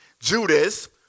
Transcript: Judas